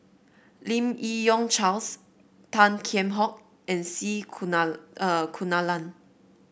Lim Yi Yong Charles Tan Kheam Hock and C Kunalan